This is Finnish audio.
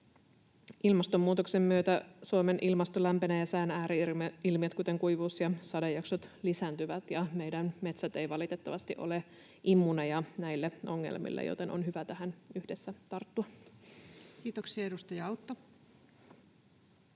Ilmastonmuutoksen myötä Suomen ilmasto lämpenee ja sään ääri-ilmiöt, kuten kuivuus ja sadejaksot, lisääntyvät. Meidän metsät eivät valitettavasti ole immuuneja näille ongelmille, joten on hyvä tähän yhdessä tarttua. [Speech 119]